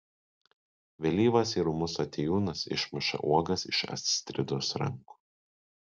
vėlyvas ir ūmus atėjūnas išmuša uogas iš astridos rankų